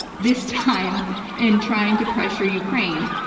this time and trying to pressure ukraine,